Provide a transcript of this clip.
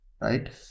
right